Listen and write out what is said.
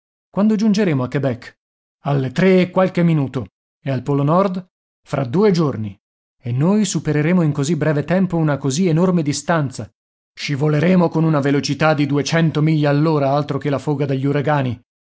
quando giungeremo a quebec alle tre e qualche minuto ed al polo nord fra due giorni e noi supereremo in così breve tempo una così enorme distanza scivoleremo con una velocità di duecento miglia all'ora altro che la foga degli uragani